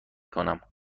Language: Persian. کنم